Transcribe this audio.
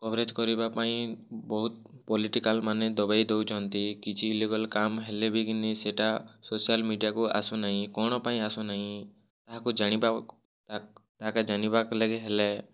coverage କରିବା ପାଇଁ ବହୁତ ପଲିଟିକାଲ୍ମାନେ ଦବେଇ ଦେଉଛନ୍ତି କିଛି ଇଲିଗାଲ୍ କାମ୍ ହେଲେ ବି କି ନେଇଁ ସେଟା ସୋସିଆଲ୍ ମିଡ଼ିଆକୁ ଆସୁନାହିଁ କ'ଣ ପାଇଁ ଆସୁନାଇଁ ଏହାକୁ ଜାଣିବା ଏହା ଏହାକେ ଜାନିବାକେ ଲାଗି ହେଲେ